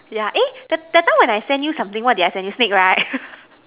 yeah hey that that time when I sent you something what did I sent you snake right